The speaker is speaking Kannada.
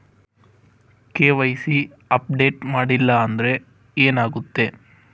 ಕೆ.ವೈ.ಸಿ ಅಪ್ಡೇಟ್ ಮಾಡಿಲ್ಲ ಅಂದ್ರೆ ಏನಾಗುತ್ತೆ?